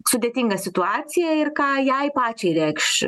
sudėtingą situaciją ir ką jai pačiai reikš